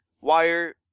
wire